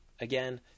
again